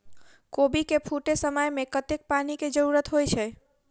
कोबी केँ फूटे समय मे कतेक पानि केँ जरूरत होइ छै?